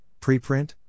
preprint